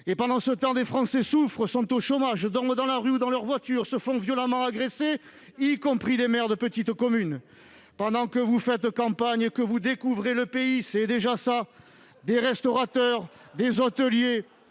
Pendant ce temps, des Français souffrent, sont au chômage, dorment dans la rue ou dans leur voiture, se font agresser, y compris des maires de petites communes. Pendant que vous faites campagne et que vous découvrez le pays- c'est déjà cela ...-, des restaurateurs, des hôteliers